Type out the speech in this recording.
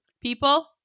People